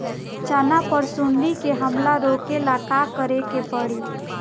चना पर सुंडी के हमला रोके ला का करे के परी?